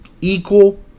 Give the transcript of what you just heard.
equal